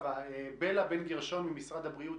בלה בן גרשון, משרד הבריאות,